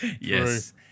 Yes